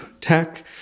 tech